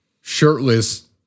shirtless